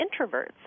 introverts